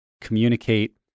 communicate